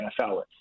NFL